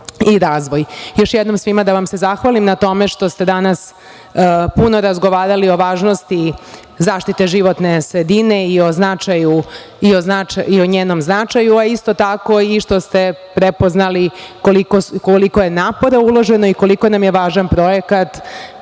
i razvoj. Još jednom svima da vam se zahvalim na tome što ste danas puno razgovarali o važnosti zaštite životne sredine i o njenom značaju, a isto tako i što ste prepoznali koliko je napora uloženo i koliko nam je važan projekat